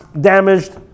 damaged